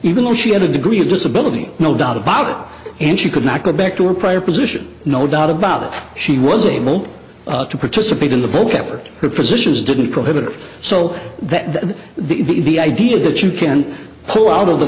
even though she had a degree of disability no doubt about it and she could not go back to her prior position no doubt about it she was able to participate in the vote effort her positions didn't prohibitive so that the the the idea that you can pull out of the